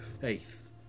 faith